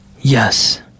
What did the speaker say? Yes